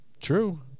True